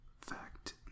Fact